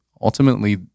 Ultimately